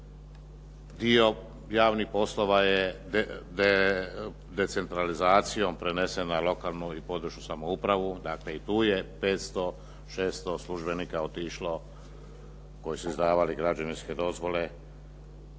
dio javnih poslova je decentralizacijom prenesen na lokalnu i područnu samoupravu. Dakle, i tu je 500-600 službenika otišlo koji su izdavali građevinske dozvole.